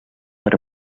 per